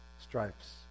stripes